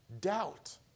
Doubt